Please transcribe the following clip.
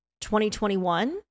2021